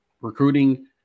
recruiting